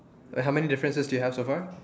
wait how many differences do you have so far